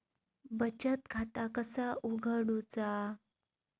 बचत खाता कसा उघडूचा?